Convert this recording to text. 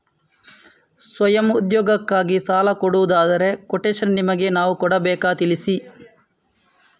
ಸ್ವಯಂ ಉದ್ಯೋಗಕ್ಕಾಗಿ ಸಾಲ ಕೊಡುವುದಾದರೆ ಕೊಟೇಶನ್ ನಿಮಗೆ ನಾವು ಕೊಡಬೇಕಾ ತಿಳಿಸಿ?